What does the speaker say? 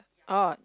oh